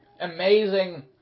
amazing